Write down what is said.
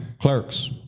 Clerks